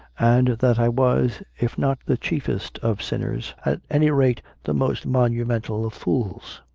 and that i was, if not the chiefest of sinners, at any rate the most monumental of fools.